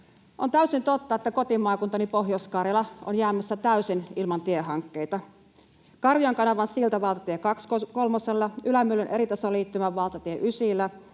On täysin totta, että kotimaakuntani Pohjois-Karjala on jäämässä täysin ilman tiehankkeita. Karvion kanavan silta valtatie 23:lla, Ylämyllyn eritasoliittymä valtatie